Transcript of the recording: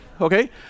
Okay